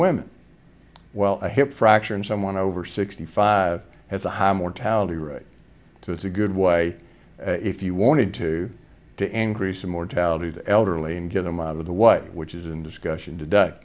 women well a hip fracture in someone over sixty five has a high mortality rate so it's a good way if you wanted to to increase the mortality the elderly and get them out of the what which is in discussion today